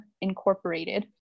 Incorporated